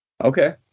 Okay